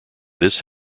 this